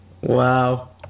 Wow